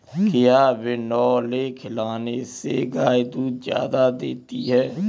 क्या बिनोले खिलाने से गाय दूध ज्यादा देती है?